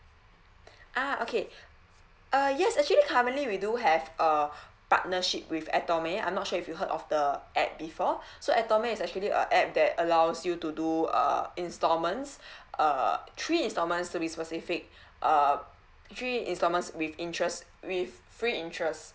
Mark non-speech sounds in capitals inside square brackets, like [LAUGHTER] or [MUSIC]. ah okay uh yes actually currently we do have a partnership with atome I'm not sure if you heard of the app before so atome is actually a app that allows you to do uh instalments [BREATH] uh three instalments to be specific uh three instalments with interest with free interest